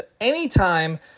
anytime